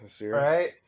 Right